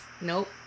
Nope